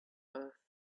earth